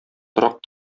торак